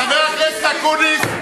חבר הכנסת אקוניס,